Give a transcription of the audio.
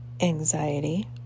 Anxiety